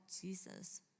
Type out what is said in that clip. Jesus